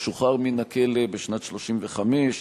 הוא שוחרר מן הכלא בשנת 1935,